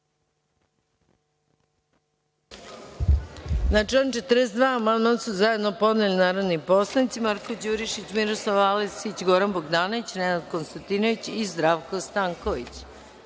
amandman su zajedno podneli narodni poslanici Marko Đurišić, Miroslav Aleksić, Goran Bogdanović, Nenad Konstantinović i Zdravko Stanković. Da